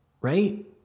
right